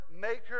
maker